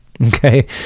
Okay